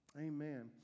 Amen